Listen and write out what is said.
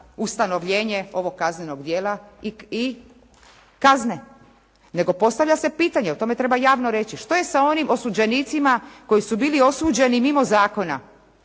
ustanovljenje ovog kaznenog djela i kazne. Nego postavlja se pitanje o tome treba javno reći, što je sa onim osuđenicima koji su bili osuđeni mimo zakona?